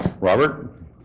Robert